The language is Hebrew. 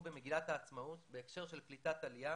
במגילת העצמאות בהקשר של קליטת עלייה